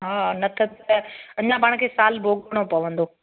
हा न त त अञा पाण खे सालु भोॻिणो पवंदो य